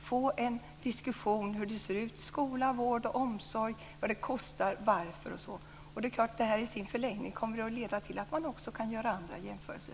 få en diskussion om skola, vård och omsorg, kostnader osv. I förlängningen leder det till att vi kan göra andra jämförelser.